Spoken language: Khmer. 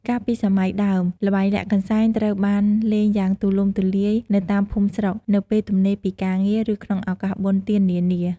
កាលពីសម័យដើម ល្បែងលាក់កន្សែងត្រូវបានលេងយ៉ាងទូលំទូលាយនៅតាមភូមិស្រុក នៅពេលទំនេរពីការងារ ឬក្នុងឱកាសបុណ្យទាននានា។